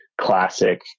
classic